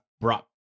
brought